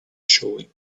showing